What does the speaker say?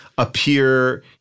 appear